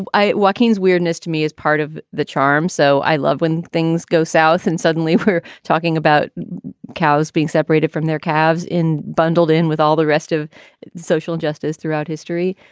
and i walking's weirdness to me as part of the charm. so i love when things go south and suddenly we're talking about cows being separated from their calves in bundled in with all the rest of social justice throughout history.